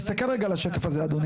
תסתכל רגע על השקף הזה אדוני.